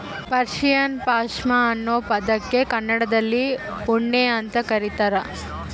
Persian ಪಾಷ್ಮಾ ಅನ್ನೋ ಪದಕ್ಕೆ ಕನ್ನಡದಲ್ಲಿ ಉಣ್ಣೆ ಅಂತ ಕರೀತಾರ